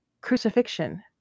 crucifixion